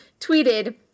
tweeted